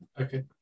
Okay